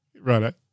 Right